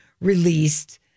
released